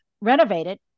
renovated